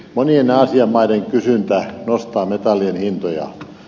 monien aasian maiden kysyntä nostaa metallien hintoja